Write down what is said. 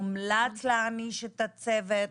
הומלץ העניש את הצוות,